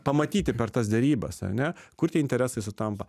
pamatyti per tas derybas ar ne kur tie interesai sutampa